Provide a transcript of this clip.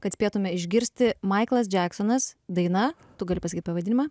kad spėtume išgirsti maiklas džeksonas daina tu gali pasakyt pavadinimą